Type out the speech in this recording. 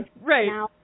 right